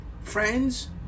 Friends